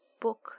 book